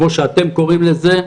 כמו שאתם קוראים לזה,